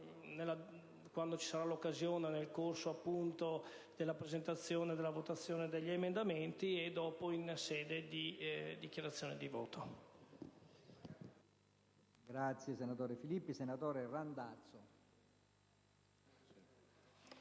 di tale argomento nel corso della presentazione e della votazione degli emendamenti e in sede di dichiarazione di voto.